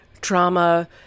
trauma